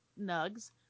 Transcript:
nugs